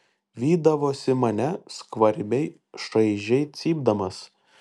vydavosi mane skvarbiai šaižiai cypdamas